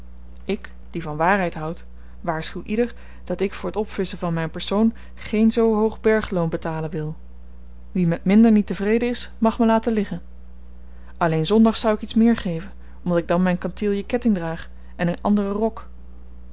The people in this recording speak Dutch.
ik die van waarheid houd waarschuw ieder dat ik voor t opvisschen van myn persoon geen zoo hoog bergloon betalen wil wie met minder niet tevreden is mag me laten liggen alleen zondags zou ik iets meer geven omdat ik dan myn kantilje ketting draag en een anderen rok